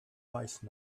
wise